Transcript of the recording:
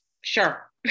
Sure